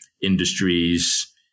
industries